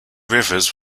rivers